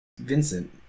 Vincent